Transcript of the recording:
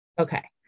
Okay